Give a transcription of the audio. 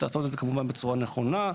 לעשות את זה כמובן בצורה נכונה,